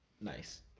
Nice